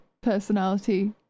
personality